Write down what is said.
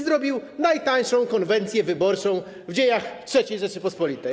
Zrobił najtańszą konwencję wyborczą w dziejach III Rzeczypospolitej.